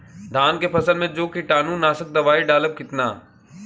धान के फसल मे जो कीटानु नाशक दवाई डालब कितना?